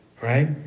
right